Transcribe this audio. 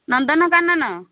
Nandankanan